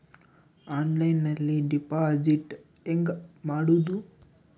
ಆನ್ಲೈನ್ನಲ್ಲಿ ಡೆಪಾಜಿಟ್ ಹೆಂಗ್ ಮಾಡುದು?